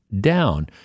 down